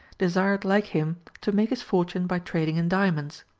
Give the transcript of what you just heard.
desired, like him, to make his fortune by trading in diamonds.